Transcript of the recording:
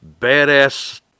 badass